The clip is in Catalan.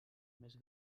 més